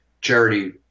charity